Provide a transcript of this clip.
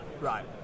right